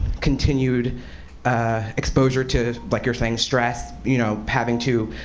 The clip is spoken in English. continued exposure to like you're saying stress, you know having to,